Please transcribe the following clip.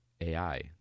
AI